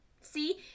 See